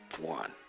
One